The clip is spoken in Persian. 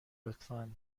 لطفا